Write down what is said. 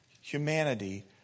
humanity